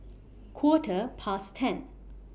Quarter Past ten